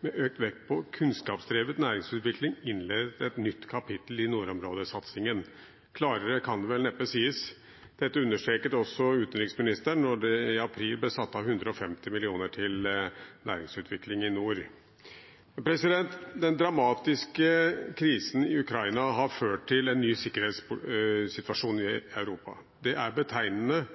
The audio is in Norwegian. med auka vekt på kunnskapsdriven næringsutvikling, innleidd eit nytt kapittel i nordområdesatsinga.» Klarere kan det vel neppe sies. Dette understreket også utenriksministeren da det i april ble satt av 150 mill. kr til næringsutvikling i nord. Den dramatiske krisen i Ukraina har ført til en ny sikkerhetssituasjon i Europa. Det er betegnende